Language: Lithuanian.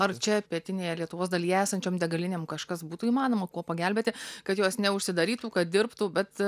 ar čia pietinėje lietuvos dalyje esančiom degalinėm kažkas būtų įmanoma kuo pagelbėti kad jos neužsidarytų kad dirbtų bet